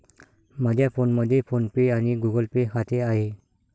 माझ्या फोनमध्ये PhonePe आणि गुगल पे खाते आहे